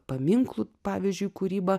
paminklų pavyzdžiui kūryba